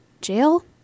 jail